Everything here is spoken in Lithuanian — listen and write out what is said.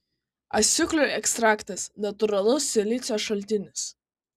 asiūklių ekstraktas natūralus silicio šaltinis